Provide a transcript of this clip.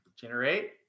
generate